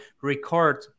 record